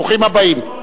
ברוכים הבאים.